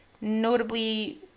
notably